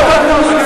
נוח לך.